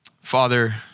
Father